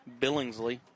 Billingsley